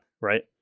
right